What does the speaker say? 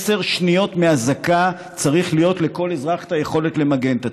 עשר שניות מאזעקה צריך להיות לכל אזרח את היכולת למגן את עצמו.